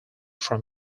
from